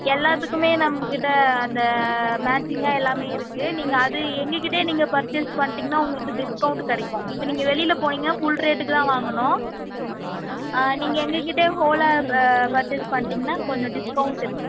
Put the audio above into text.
எல்லாத்துக்குமே நம்பகிட்ட அந்த மேட்சிங்காக எல்லாமே இருக்கு நீங்கள் அது எங்ககிட்டே நீங்கள் பர்ச்சேஸ் பண்ணிட்டீங்கன்னா உங்களுக்கு டிஸ்கவுண்ட்டு கிடைக்கும் இப்போ நீங்கள் வெளியில் போனீங்கன்னா ஃபுல் ரோட்டுக்கு தான் வாங்கணும் நீங்கள் எங்ககிட்டே ஹோலாக இப்போ பர்ச்சேஸ் பண்ணிட்டீங்கன்னா கொஞ்சம் டிஸ்கவுண்ட் இருக்கு